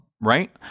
right